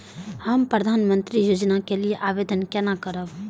हम प्रधानमंत्री योजना के लिये आवेदन केना करब?